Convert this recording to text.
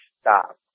stop